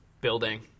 building